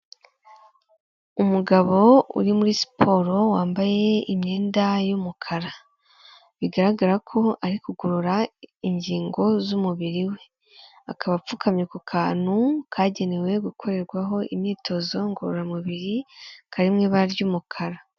Umugabo uri muri siporo wambaye imyenda y'umukara, bigaragara ko ari kugorora ingingo z'umubiri we, akaba apfukamye ku kantu kagenewe gukorerwaho imyitozo ngororamubiri kari mu ibara ry'umukara.